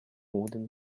wooden